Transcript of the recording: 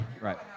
Right